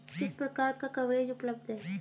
किस प्रकार का कवरेज उपलब्ध है?